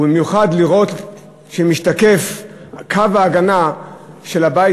ובמיוחד שאפשר לראות את קו ההגנה של הבית